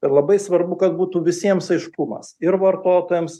ir labai svarbu kad būtų visiems aiškumas ir vartotojams